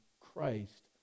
Christ